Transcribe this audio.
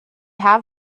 have